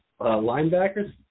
linebackers